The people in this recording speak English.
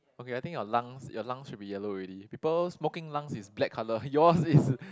okay I think your lungs your lung should be yellow already people smoking lungs is black colour yours is